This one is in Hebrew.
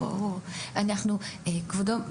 כבודו,